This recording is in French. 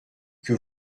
que